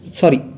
sorry